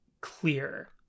clear